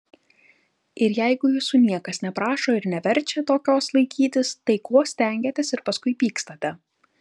ir jeigu jūsų niekas neprašo ir neverčia tokios laikytis tai ko stengiatės ir paskui pykstate